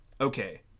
Okay